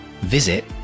visit